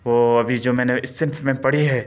وہ ابھی جو میں نے اِس صنف میں پڑھی ہے